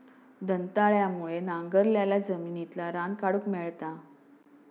दंताळ्यामुळे नांगरलाल्या जमिनितला रान काढूक मेळता